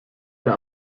der